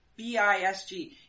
BISG